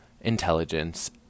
intelligence